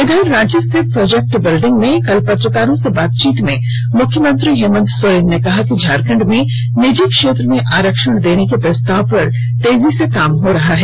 इधर रांची स्थित project building में कल पत्रकारों से बातचीत करते हुए मुख्यमंत्री हेमंत सोरेन ने कहा कि झारखंड में निजी क्षेत्र में आरक्षण देने के प्रस्ताव पर तेजी से काम हो रहा है